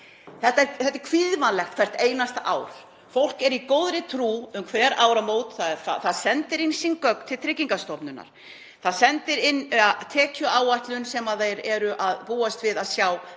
Þetta er kvíðvænlegt hvert einasta ár. Fólk er í góðri trú um hver áramót. Það sendir sín gögn til Tryggingastofnunar, það sendir inn tekjuáætlun sem það er að búast við að sjá